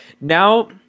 now